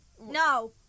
No